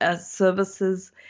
services